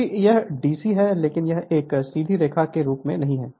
क्योंकि यह DC है लेकिन यह एक सीधी रेखा के रूप में नहीं है